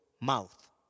mouth